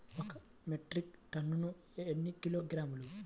ఒక మెట్రిక్ టన్నుకు ఎన్ని కిలోగ్రాములు?